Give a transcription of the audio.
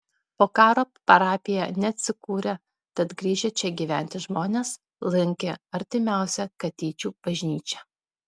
po karo parapija neatsikūrė tad grįžę čia gyventi žmonės lankė artimiausią katyčių bažnyčią